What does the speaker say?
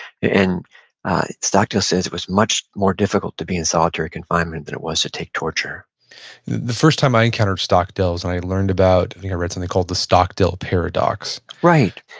and stockdale says it was much more difficult to be in solitary confinement than it was to take torture the first time i encountered stockdale is and i had learned about, i think i read something called the stockdale paradox right.